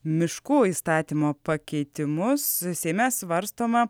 miškų įstatymo pakeitimus seime svarstoma